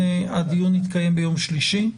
הדיון בשני הדברים יתקיים ביום שלישי.